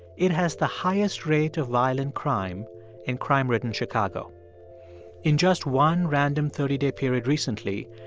it has the highest rate of violent crime in crime-ridden chicago in just one random thirty day period recently,